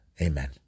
Amen